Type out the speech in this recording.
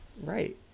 Right